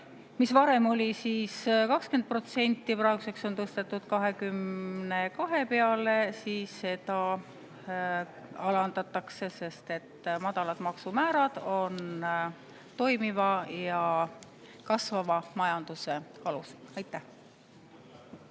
mis varem oli 20%, praeguseks on tõstetud 22% peale. Seda alandatakse, sest madalad maksumäärad on toimiva ja kasvava majanduse alus. Aitäh!